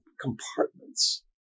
compartments